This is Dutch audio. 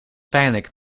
pijnlijk